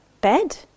Bed